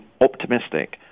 optimistic